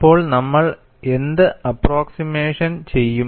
അപ്പോൾ നമ്മൾ എന്ത് അപ്പ്രോക്സിമേഷൻ ചെയ്യും